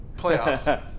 Playoffs